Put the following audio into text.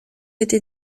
été